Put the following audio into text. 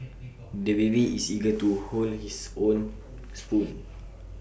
the baby is eager to hold his own spoon